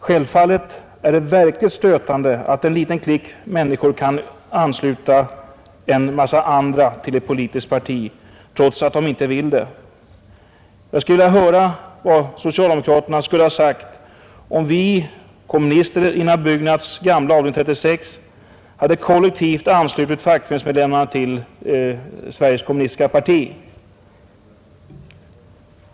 Det verkligt stötande är självfallet att en liten klick människor kan ansluta en stor mängd andra till ett politiskt parti, trots att de senare inte vill detta. Jag skulle vilja höra vad socialdemokraterna hade sagt, om vi kommunister inom Byggnads gamla avdelning 36 hade kollektivt anslutit fackföreningsmedlemmarna till Sveriges kommunistiska parti.